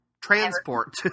transport